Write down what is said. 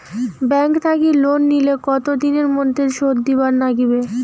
Bank থাকি loan নিলে কতো দিনের মধ্যে শোধ দিবার নাগিবে?